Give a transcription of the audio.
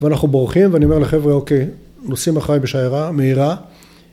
‫ואנחנו בורחים, ואני אומר לחבר'ה, ‫אוקיי, נוסעים אחריי בשיירה, מהירה,